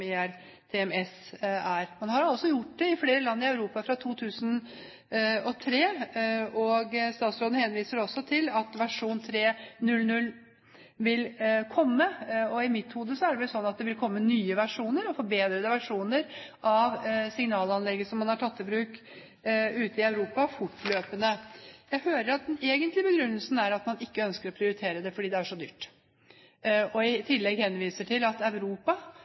som ERTMS er. Man har altså gjort det i flere land i Europa fra 2003 av, og statsråden henviser også til at versjon 3.0.0 vil komme. I mitt hode er det vel sånn at det fortløpende vil komme nye versjoner og forbedrede versjoner av signalanlegget som man har tatt i bruk ute i Europa. Jeg hører at den egentlige begrunnelsen er at man ikke ønsker å prioritere det fordi det er så dyrt. I tillegg henviser man til at Europa